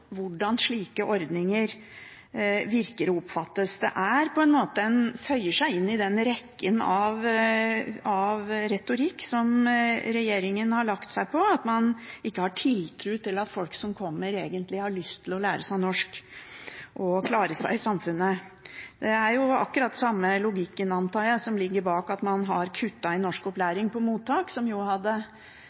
hvordan slike ordninger virker og oppfattes. Det føyer seg inn i den retorikken som regjeringen har lagt seg på, at man ikke har tiltro til at folk som kommer, egentlig har lyst til å lære seg norsk og klare seg i samfunnet. Det er akkurat samme logikk, antar jeg, som ligger bak at man har kuttet i norskopplæring i mottak, med den virkningen at færre kommer til å lære seg norsk.